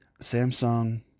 Samsung